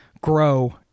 grow